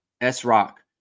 S-Rock